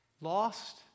Lost